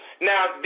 now